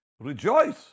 rejoice